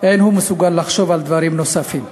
אין הוא מסוגל לחשוב על דברים נוספים.